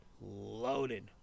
loaded